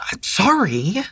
Sorry